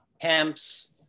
camps